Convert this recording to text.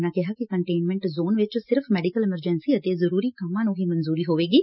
ਉਨਾਂ ਕਿਹਾ ਕਿ ਕੰਟੇਨਮੈਂਟ ਜ਼ੋਨ ਵਿੱਚ ਸਿਰਫ ਮੈਡੀਕਲ ਐਮਰਜੈਂਸੀ ਅਤੇ ਜ਼ਰੁਰੀ ਕੰਮਾਂ ਨੂੰ ਹੀ ਮਨਜੁਰੀ ਹੋਵੇਗੀ